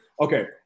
Okay